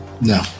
No